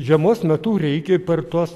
žiemos metu reikia per tuos